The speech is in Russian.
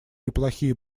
неплохие